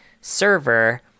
server